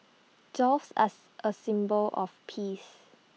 doves as A symbol of peace